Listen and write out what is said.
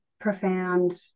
profound